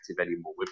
anymore